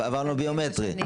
אבל עברנו לביומטרי.